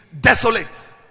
desolate